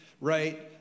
right